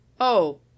Oh